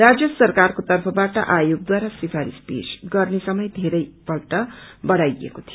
राज्य सरकारको तर्फबाट आयोगद्वारा सिफारिश पेश गर्ने समय धेरै पटक बढ़ाईएको थियो